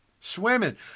Swimming